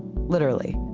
literally,